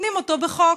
נותנים אותו בחוק.